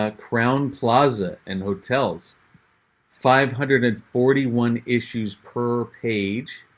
ah crown plaza and hotels five hundred and forty one issues per page.